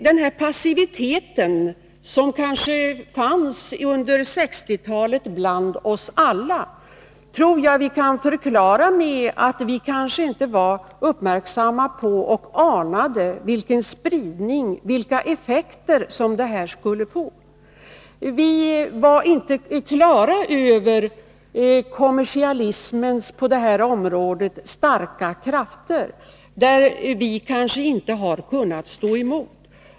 Den passivitet som under 1960-talet kanske fanns bland oss alla tror jag vi kan förklara med att vi inte anade vilken spridning och vilka effekter drogmissbruket skulle få. Vi var inte på det klara med kommersialismens på det här området starka krafter, som vi kanske inte har kunnat stå emot.